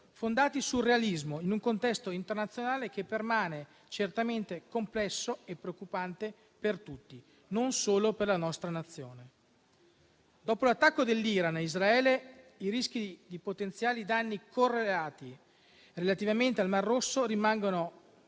fondati sul realismo, in un contesto internazionale che permane certamente complesso e preoccupante per tutti, non solo per la nostra Nazione. Dopo l'attacco dell'Iran a Israele, i rischi di potenziali danni correlati relativamente al Mar Rosso rimangono